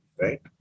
right